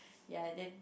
ya then